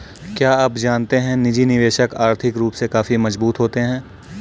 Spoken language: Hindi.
क्या आप जानते है निजी निवेशक आर्थिक रूप से काफी मजबूत होते है?